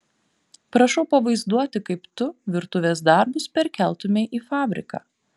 prašau pavaizduoti kaip tu virtuvės darbus perkeltumei į fabriką